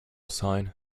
sign